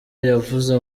yavuze